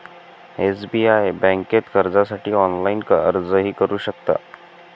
SBI बँकेत कर्जासाठी online अर्जही करू शकता